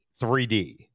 3d